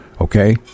okay